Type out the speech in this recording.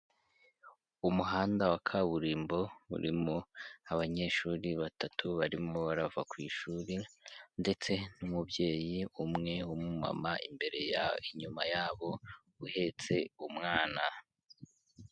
Umuhanda wa kaburimbo urimo abanyeshuri batatu barimo barava ku ishuri, ndetse n'umubyeyi umwe w'umumama imbere yabo, inyuma yabo, uhetse umwana.